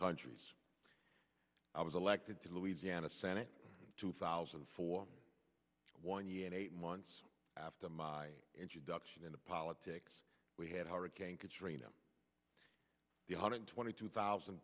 countries i was elected to louisiana senate two thousand and four one year and eight months after my introduction into politics we had hurricane katrina the hundred twenty two thousand